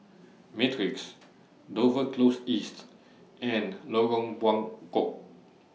Matrix Dover Close East and Lorong Bengkok